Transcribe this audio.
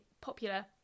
popular